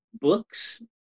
books